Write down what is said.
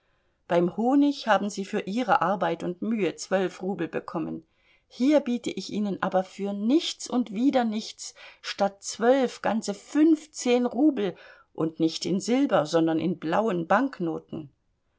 beim honig haben sie für ihre arbeit und mühe zwölf rubel bekommen hier biete ich ihnen aber für nichts und wieder nichts statt zwölf ganze fünfzehn rubel und nicht in silber sondern in blauen banknoten